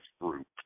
group